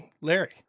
Larry